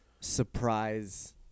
surprise